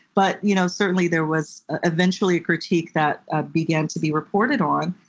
but you know certainly, there was eventually a critique that ah began to be reported on.